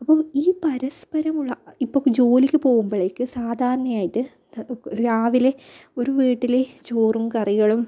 അപ്പോൾ ഈ പരസ്പരമുള്ള ഇപ്പോൾ ജോലിക്ക് പോകുമ്പോഴേക്ക് സാധാരണയായിട്ട് ഇപ്പം രാവിലെ ഒരു വീട്ടിൽ ചോറും കറികളും